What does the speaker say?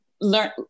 learn